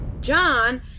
John